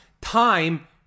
Time